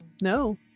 no